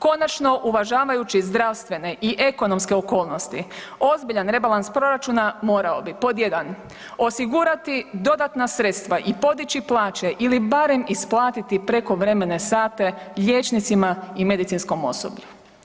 Konačno uvažavajući zdravstvene i ekonomske okolnosti ozbiljan rebalans proračuna morao bi pod 1. osigurati dodatna sredstva i podići plaće ili barem isplatiti prekovremene sate liječnicima i medicinskom osoblju.